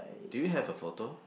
do you have a photo